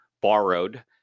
borrowed